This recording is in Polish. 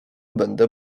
będę